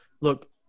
look